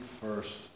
first